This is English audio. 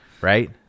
right